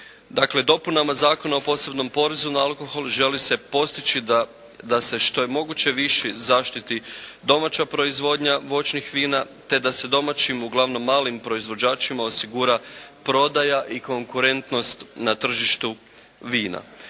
dopunama Zakona o posebnom porezu na alkohol želi se postići da se što je moguće više zaštiti domaća proizvodnja voćnih vina, te da se domaćim uglavnom malim proizvođačima osigura prodaja i konkurentnost na tržištu vina.